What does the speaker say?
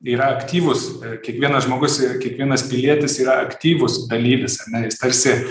yra aktyvus kiekvienas žmogus ir kiekvienas pilietis yra aktyvus dalyvis ar ne jis tarsi